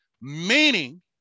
meaning